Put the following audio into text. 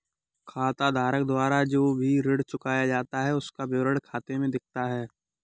खाताधारक द्वारा जो भी ऋण चुकाया जाता है उसका विवरण खाते में दिखता है